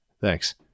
Thanks